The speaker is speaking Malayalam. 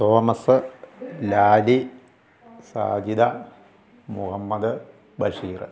തോമസ് ലാലി സാജിത മുഹമ്മദ് ബഷീർ